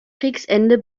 kriegsende